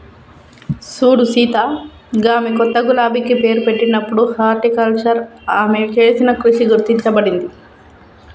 సూడు సీత గామె కొత్త గులాబికి పేరు పెట్టినప్పుడు హార్టికల్చర్ ఆమె చేసిన కృషి గుర్తించబడింది